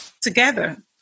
Together